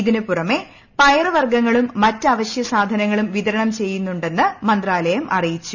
ഇതിന് പുറമെ പയർ വർഗ്ഗങ്ങളും മറ്റ് അവശ്യ സാധനങ്ങളും വിതരണം ചെയ്യുന്നുണ്ടെന്ന് മന്ത്രാലയം അറിയിച്ചു